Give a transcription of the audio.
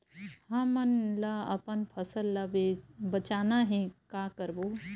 हमन ला अपन फसल ला बचाना हे का करबो?